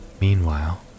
Meanwhile